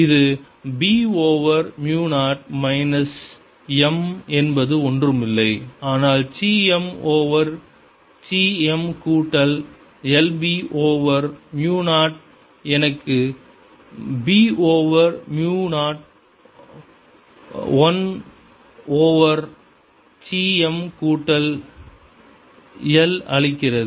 இது b over மு 0 minus m என்பது ஒன்றுமில்லை ஆனால் c m over c m கூட்டல் 1 b ஓவர் மு 0 இது எனக்கு b ஓவர் மு 0 1 ஓவர் சி m கூட்டல் 1 அளிக்கிறது